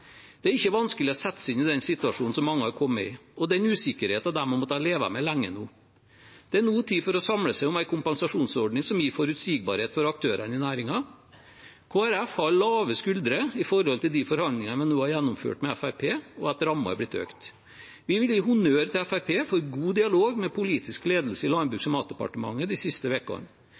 Det er ikke vanskelig å sette seg inn i den situasjonen som mange er kommet i, og den usikkerheten de har måttet leve med lenge nå. Det er nå tid for å samle seg om en kompensasjonsordning som gir forutsigbarhet for aktørene i næringen. Kristelig Folkeparti har lave skuldre når det gjelder de forhandlingene vi nå har gjennomført med Fremskrittspartiet, og at rammen er blitt økt. Vi vil gi honnør til Fremskrittspartiet for god dialog med politisk ledelse i Landbruks- og matdepartementet de siste